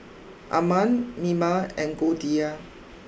Arman Mima and Goldia